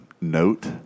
note